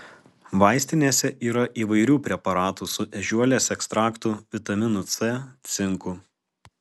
vaistinėse yra įvairių preparatų su ežiuolės ekstraktu vitaminu c cinku